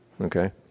Okay